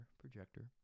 projector